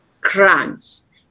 grants